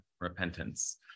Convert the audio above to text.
repentance